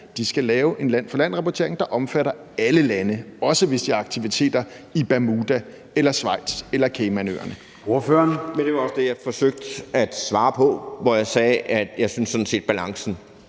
her, skal lave en land for land-rapportering, der omfatter alle lande, også hvis de har aktiviteter i Schweiz, på Bermuda eller på Caymanøerne?